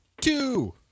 Two